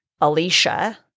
Alicia